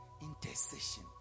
intercession